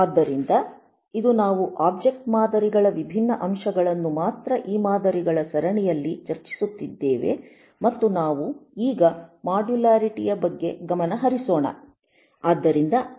ಆದ್ದರಿಂದ ಇದು ನಾವು ಒಬ್ಜೆಕ್ಟ್ ಮಾದರಿಗಳ ವಿಭಿನ್ನ ಅಂಶಗಳನ್ನು ಮಾತ್ರ ಈ ಮಾದರಿಗಳ ಸರಣಿಯಲ್ಲಿ ಚರ್ಚಿಸುತ್ತಿದ್ದೇವೆ ಮತ್ತು ನಾವು ಈಗ ಮಾಡ್ಯುಲ್ಯಾರಿಟಿ ಯ ಬಗ್ಗೆ ಗಮನ ಹರಿಸೋಣ